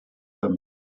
him